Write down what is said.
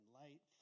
light